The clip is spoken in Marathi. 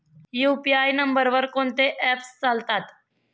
यु.पी.आय नंबरवर कोण कोणते ऍप्स चालतात?